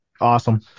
Awesome